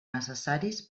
necessaris